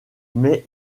mais